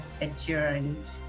adjourned